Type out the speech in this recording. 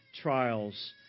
trials